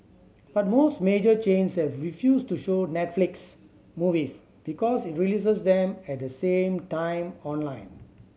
but most major chains have refused to show Netflix movies because it releases them at the same time online